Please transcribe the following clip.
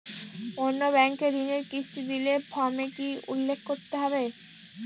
অন্য ব্যাঙ্কে ঋণের কিস্তি দিলে ফর্মে কি কী উল্লেখ করতে হবে?